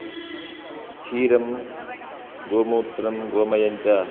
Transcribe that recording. क्षीरं गोमूत्रं गोमयं च